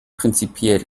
prinzipiell